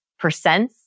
percents